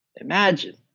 Imagine